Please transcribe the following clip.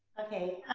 okay,